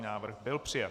Návrh byl přijat.